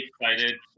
excited